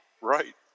Right